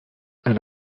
elle